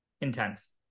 intense